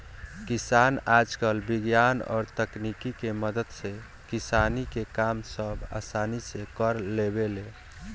किसान आजकल विज्ञान और तकनीक के मदद से किसानी के काम सब असानी से कर लेवेले